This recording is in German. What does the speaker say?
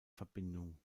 verbindung